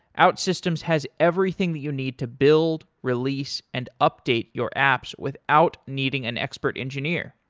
outsystems has everything that you need to build, release and update your apps without needing an expert engineer.